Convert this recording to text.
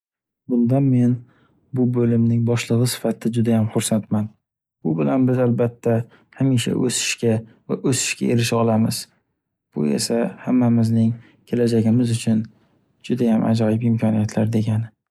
Bundan men bu bo’limning boshlig’i sifatida judayam hursandman. Bu bilan biz albatta hamisha o’sishga va o’sishga erisha olamiz. Bu esa hammamizning kelajagimiz uchun judayam ajoyib imkoniyatlar degani.